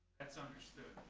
that's understood,